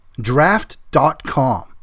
Draft.com